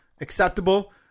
acceptable